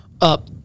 up